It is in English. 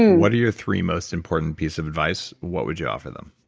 what are your three most important pieces of advice? what would you offer them?